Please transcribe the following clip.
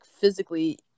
physically